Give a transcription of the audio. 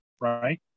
right